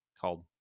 called